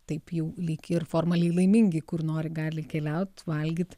taip jau lyg ir formaliai laimingi kur nori gali keliaut valgyt